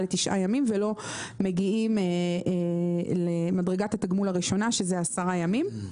לתשעה ימים ולא מגיעים למדרגת התגמול הראשונה שהיא 10 ימים.